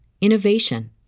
innovation